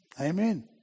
Amen